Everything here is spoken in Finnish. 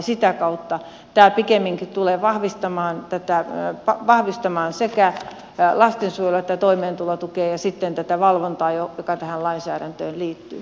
sitä kautta tämä pikemminkin tulee vahvistamaan sekä lastensuojelua että toimeentulotukea ja sitten valvontaa joka tähän lainsäädäntöön liittyy